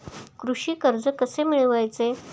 कृषी कर्ज कसे मिळवायचे?